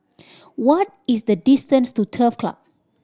what is the distance to Turf Club